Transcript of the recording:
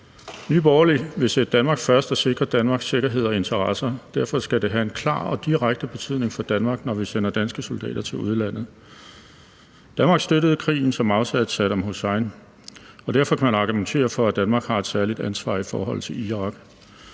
Nye Borgerlige vil sætte Danmark først og sikre Danmarks sikkerhed og interesser. Derfor skal det have en klar og direkte betydning for Danmark, når vi sender danske soldater til udlandet. Danmark støttede krigen, som afsatte Saddam Hussein. Derfor kan man argumentere for, at Danmark har et særligt ansvar i forhold til Irak.